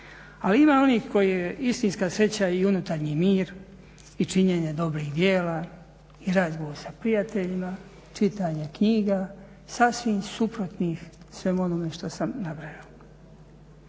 Ali ima onih koje istinska sreća je i unutarnji mir i činjenje dobrih djela i razgovor sa prijateljima, čitanje knjiga, sasvim suprotnih svemu onome što sam nabrojao.